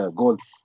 goals